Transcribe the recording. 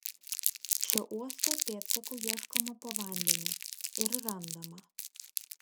šio uosto pėdsakų ieškoma po vandeniu ir randama